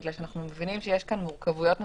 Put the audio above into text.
בגלל שאנחנו מבינים שיש כאן מורכבויות נוספות.